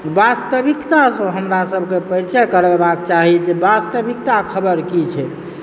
वास्तविकतासँ हमरा सभके परिचय करेबाक चाही जे वास्तविकता खबर की छै